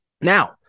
Now